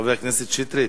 חבר הכנסת שטרית,